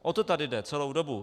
O to tady jde celou dobu.